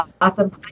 awesome